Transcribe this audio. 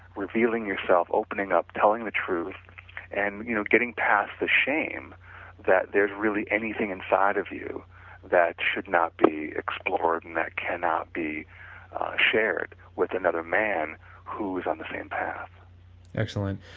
revealing yourself, opening up, telling the truth and you know getting past the shame that there is really anything inside of you that should not be explored and that cannot be shared with another man who is on the same path excellent.